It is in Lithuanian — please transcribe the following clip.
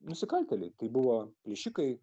nusikaltėliai tai buvo plėšikai